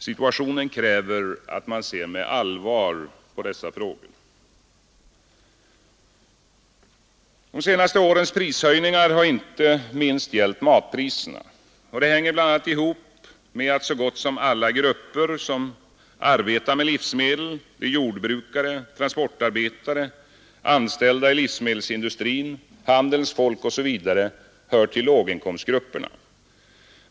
Situationen kräver att man ser med allvar på dessa frågor. De senaste årens prishöjningar har inte minst gällt matpriserna. Det hänger bl.a. ihop med att så gott som alla grupper som arbetar med livsmedel — jordbrukare, transportarbetare, anställda i livsmedelsindustrin, handelns folk m.fl. — hör till låginkomstgrupperna.